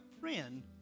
friend